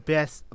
Best